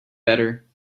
better